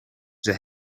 zij